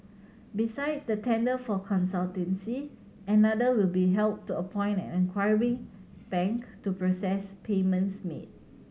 besides the tender for consultancy another will be held to appoint an acquiring bank to process payments made